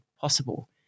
possible